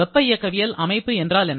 வெப்ப இயக்கவியல் அமைப்பு என்றால் என்ன